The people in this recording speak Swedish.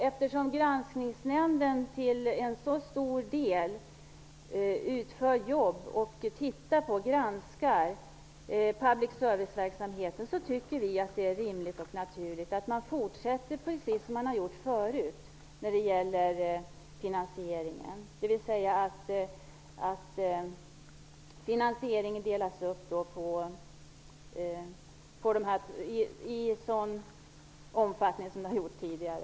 Eftersom Granskningsnämnden till en så stor del granskar public serviceverksamheten tycker vi att det är rimligt och naturligt att man fortsätter precis som man har gjort förut när det gäller finansieringen, dvs. att finansieringen delas upp i samma omfattning som tidigare.